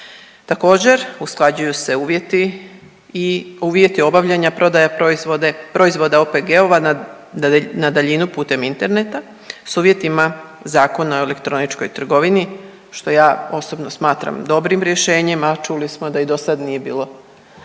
Također, usklađuju se uvjeti i uvjeti obavljanja prodaje proizvode, proizvoda OPG-ova na daljinu putem interneta s uvjetima Zakoan o elektroničkoj trgovini što ja osobno smatram dobrim rješenjem, a čuli smo da i dosad nije bilo,